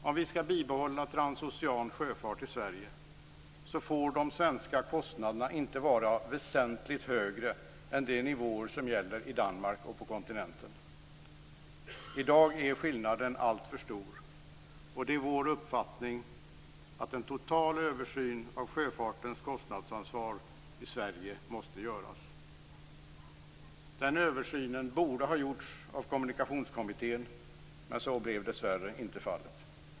Om vi skall bibehålla transocean sjöfart i Sverige så får de svenska kostnaderna inte vara väsentligt högre än de nivåer som gäller i Danmark och på kontinenten. I dag är skillnaden alltför stor och det är vår uppfattning att en total översyn av sjöfartens kostnadsansvar i Sverige måste göras. Den översynen borde ha gjorts av Kommunikationskommittén, men så blev dessvärre inte fallet.